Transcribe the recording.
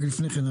אבל לפני כן,